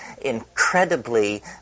incredibly